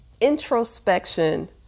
introspection